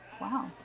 Wow